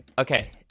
Okay